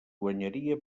guanyaria